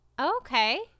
Okay